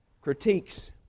critiques